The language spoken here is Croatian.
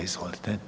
Izvolite.